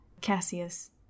Cassius